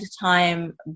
time